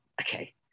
okay